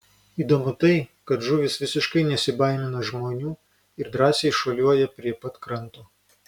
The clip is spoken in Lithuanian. įdomu tai kad žuvys visiškai nesibaimina žmonių ir drąsiai šuoliuoja prie pat kranto